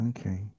Okay